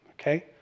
Okay